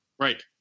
Right